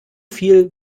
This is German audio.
viel